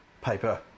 paper